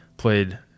Played